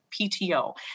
PTO